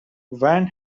van